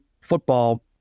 football